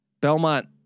Belmont